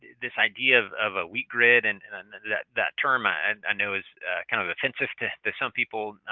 this idea of of a weak grid and that term, i and ah know, is kind of offensive to to some people,